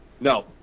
No